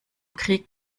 krieg